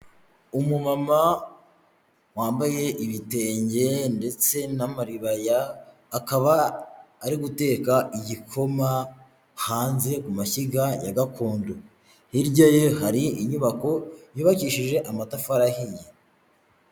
Umumama wambaye ibitenge ndetse n'amaribaya, akaba ari guteka igikoma hanze ku mashyiga ya gakondo, hirya ye hari inyubako yubakishije amatafari ahiye.